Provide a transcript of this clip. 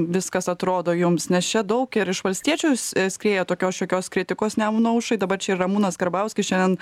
viskas atrodo jums nes čia daug ir iš valstiečių s skrieja tokios šiokios kritikos nemuno aušrai dabar čia ir ramūnas karbauskis šiandien